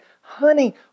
Honey